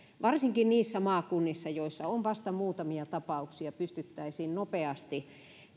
varsinkin niissä maakunnissa joissa on vasta muutamia tapauksia pystyttäisiin nopeasti